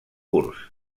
curts